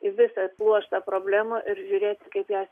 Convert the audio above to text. į visą pluoštą problemų ir žiūrėti kaip jas